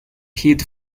heat